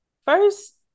first